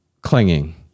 clinging